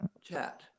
Chat